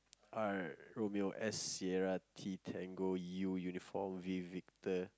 R romeo S Sierra T tango U uniform V victor